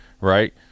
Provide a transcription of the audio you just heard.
right